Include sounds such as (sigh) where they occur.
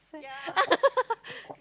(laughs)